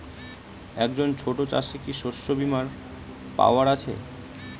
একজন ছোট চাষি কি শস্যবিমার পাওয়ার আছে?